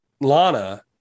Lana